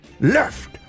left